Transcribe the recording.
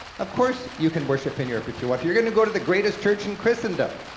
of course you can worship in europe if you want to, you're gonna go to the greatest church in christendom.